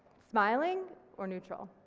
smiling or neutral?